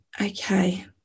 Okay